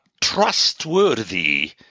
trustworthy